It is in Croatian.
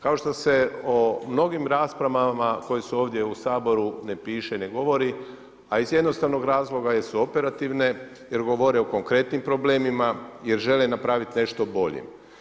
Kao što se o mnogim raspravama koje su ovdje u Saboru ne piše, ne govori a iz jednostavnog razloga jer su operativne jer govore o konkretnim problemima, jer žele napraviti nešto bolje.